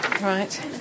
right